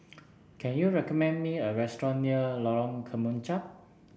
can you recommend me a restaurant near Lorong Kemunchup